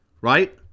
right